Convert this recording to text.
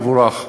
יבורך,